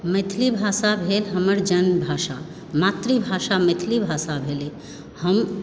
मैथिली भाषा भेल हमर जन्मभाषा मातृभाषा मैथिली भाषा भेलय हम